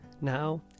now